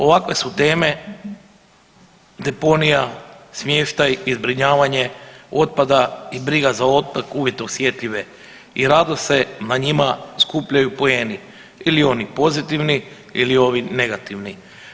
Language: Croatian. Ovakve su teme deponija, smještaj i zbrinjavanje otpada i briga za otpad … [[Govornik se ne razumije]] osjetljive i rado se na njima skupljaju poeni ili oni pozitivni ili ovi negativni.